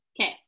Okay